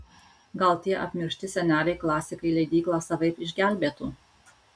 gal tie apmiršti seneliai klasikai leidyklą savaip išgelbėtų